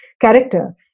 character